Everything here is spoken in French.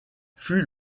fut